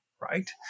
right